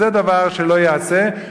וזה דבר שלא ייעשה.